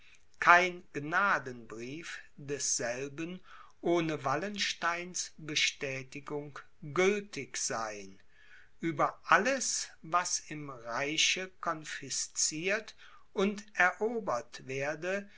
kein gnadenbrief desselben ohne wallensteins bestätigung gültig sein ueber alles was im reiche confisciert und erobert werde